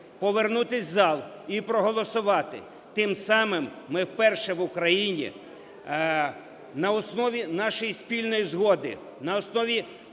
повернутись в зал і проголосувати. Тим самим ми вперше в Україні на основі нашої спільної згоди, на основі